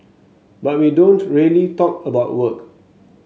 but we don't really talk about work